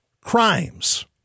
crimes